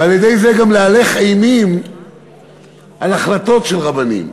ועל-ידי זה גם להלך אימים על החלטות של רבנים.